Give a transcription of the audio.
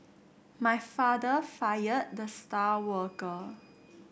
my father fired the star worker